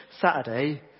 Saturday